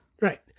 Right